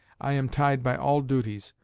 i am tied by all duties,